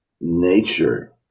nature